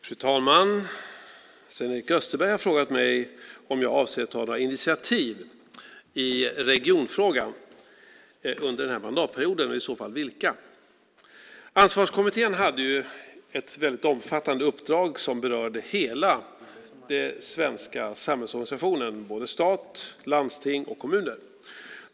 Fru talman! Sven-Erik Österberg har frågat mig om jag avser att ta några initiativ i regionfrågan under den här mandatperioden och i så fall vilka. Ansvarskommittén hade ett väldigt omfattande uppdrag som berörde hela den svenska samhällsorganisationen, såväl stat som landsting och kommuner.